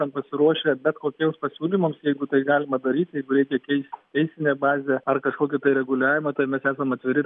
tam pasiruošę bet kokiems pasiūlymams jeigu tai galima daryti jeigu reikia keisti teisinę bazę ar kažkokį tai reguliavimą tai mes esam atviri